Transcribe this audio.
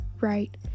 Right